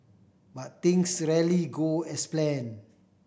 but things rarely go as planned